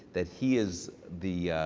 that he is the.